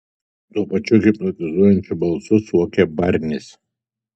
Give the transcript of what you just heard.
tuo pačiu hipnotizuojančiu balsu suokė barnis